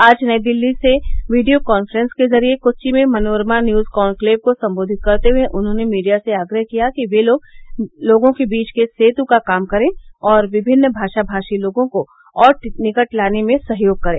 आज नई दिल्ली से video conference के जरिये कोच्चि में मनोरमा न्यूज कॉन्क्लेव को सम्दोधित करते हुए उन्होंने मीडिया से आग्रह किया कि वे लोगों के बीच सेत् का काम करें और विभिन्न भाषाभाषी लोगों को और निकट लाने में सहयोग करें